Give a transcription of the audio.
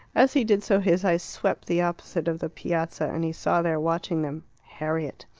as he did so his eyes swept the opposite of the piazza, and he saw there, watching them, harriet.